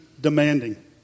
demanding